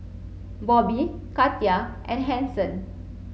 Bobbie Katia and Hanson